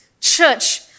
Church